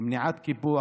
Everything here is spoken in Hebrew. מניעת קיפוח,